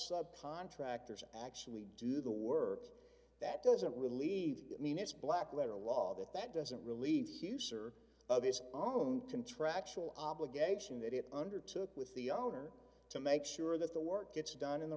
contractors actually do the work that doesn't relieve minas black letter law that that doesn't relieve hugh sir of his own contractual obligation that it undertook with the owner to make sure that the work gets done in the